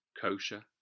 kosher